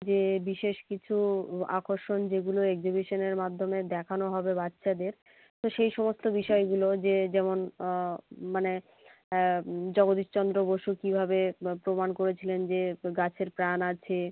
যে বিশেষ কিছু আকর্ষণ যেগুলো একজিবিশনের মাধ্যমে দেখানো হবে বাচ্চাদের তো সেই সমস্ত বিষয়গুলো যে যেমন মানে জগদীশচন্দ্র বসু কীভাবে প্রমাণ করেছিলেন যে গাছের প্রাণ আছে